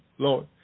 Lord